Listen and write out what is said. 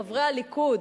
חברי הליכוד.